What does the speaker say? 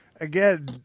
again